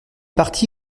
parti